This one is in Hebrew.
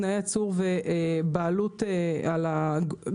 תנאי הייצור לחקלאים בעלות סבירה )מים,